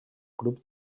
grup